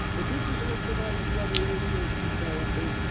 but this is ultraviolet blood irradiation therapy.